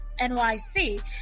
NYC